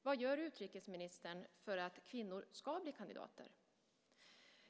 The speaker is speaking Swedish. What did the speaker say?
Vad gör utrikesministern för att kvinnor ska bli kandidater?